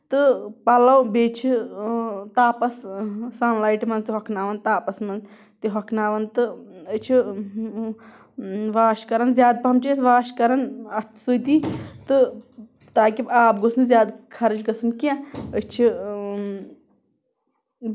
تہٕ پلو بیٚیہِ چھِ تاپَس سن لیٹہِ منٛز تہِ ہۄکھناون تاپَس منٛز تہِ ہۄکھناون تہٕ أسی چھِ واش کران زیادٕ پَہم چھِ أسۍ واش کران اَتھ سۭتی تہٕ تاکہِ آب گوٚژھ نہٕ خَرٕچ گژھُن کیٚنہہ أسۍ چھِ